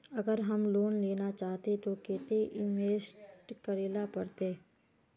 अगर हम लोन लेना चाहते तो केते इंवेस्ट करेला पड़ते?